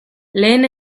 lehen